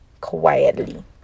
quietly